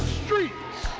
streets